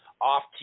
off